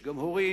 יש גם הורים,